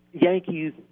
Yankees